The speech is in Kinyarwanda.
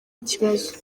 ikibazo